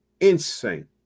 insane